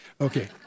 okay